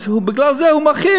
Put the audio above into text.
אז בגלל זה הוא מרחיב,